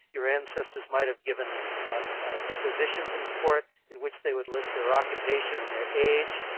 your ancestors might have given depositions in court, in which they would list their occupation and their age.